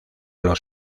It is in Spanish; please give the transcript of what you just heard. los